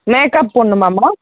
makeup போடணுமாம்மா